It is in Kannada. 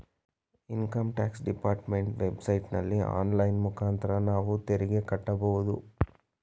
ಇನ್ಕಮ್ ಟ್ಯಾಕ್ಸ್ ಡಿಪಾರ್ಟ್ಮೆಂಟ್ ವೆಬ್ ಸೈಟಲ್ಲಿ ಆನ್ಲೈನ್ ಮುಖಾಂತರ ನಾವು ತೆರಿಗೆ ಕಟ್ಟಬೋದು